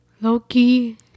Loki